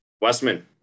Westman